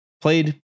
played